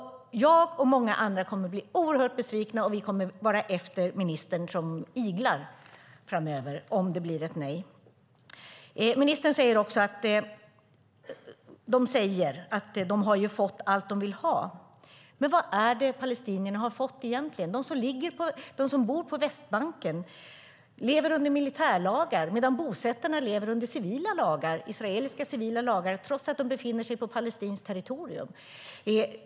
Jag och många andra kommer att bli oerhört besvikna, och vi kommer att vara efter ministern som iglar framöver om det blir ett nej. Ministern säger också att de säger att de har fått allt de vill ha. Men vad är det palestinierna har fått egentligen? De som bor på Västbanken lever under militärlagar medan bosättarna lever under israeliska civila lagar trots att de befinner sig på palestinskt territorium.